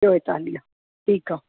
चोएतालीह ठीकु आहे